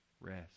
rest